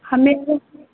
हमे